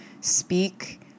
speak